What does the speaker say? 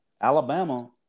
Alabama